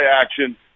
action